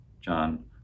John